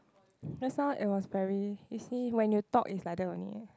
just now it was very you see when you talk is like that only leh